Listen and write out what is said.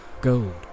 gold